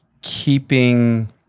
keeping